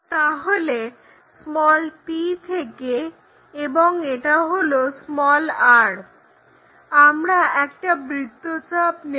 তাহলে p থেকে এবং এটা হলো r আমরা একটা বৃত্তচাপ নেবো